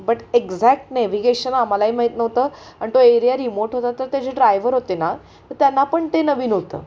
but exact navigation आम्हालाही माहीत नव्हतं आणि तो एरिया रिमोट होता तर ते जे ड्रायवर होते ना तर त्यांना पण ते नवीन होतं